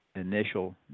Initial